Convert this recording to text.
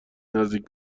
نزدیک